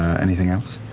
anything else?